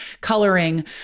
coloring